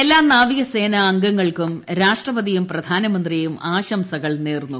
എല്ലാ നാവികസേനാ അംഗങ്ങൾക്കും രാഷ്ട്രപതിയും പ്രധാനമന്ത്രിയും ആശംസകൾ നേർന്നു